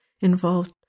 involved